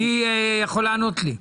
מי יכול לענות לי?